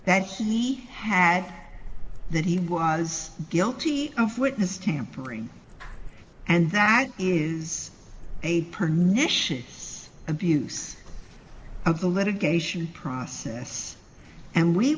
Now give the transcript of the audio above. that he had that he was guilty of witness tampering and that is a pernicious abuse of the litigation process and we